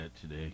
today